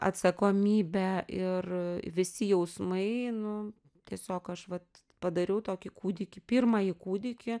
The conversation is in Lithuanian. atsakomybė ir visi jausmai nu tiesiog aš vat padariau tokį kūdikį pirmąjį kūdikį